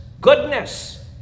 goodness